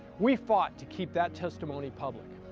we fought to keep that testimony public,